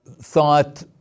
Thought